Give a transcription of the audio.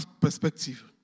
perspective